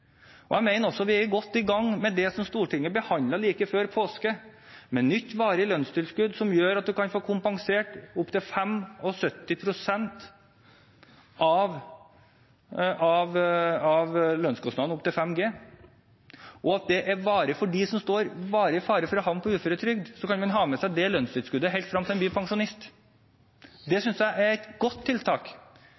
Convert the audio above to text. Jeg mener også vi er godt i gang med det som Stortinget behandlet like før påske, nemlig nytt varig lønnstilskudd som gjør at en kan få kompensert opptil 75 pst. av lønnskostnaden opp til 5 G, og at det er varig for dem som står varig i fare for å havne på uføretrygd – man kan ha med seg det lønnstilskuddet helt frem til man blir pensjonist. Det synes jeg er et godt tiltak.